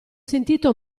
sentito